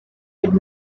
did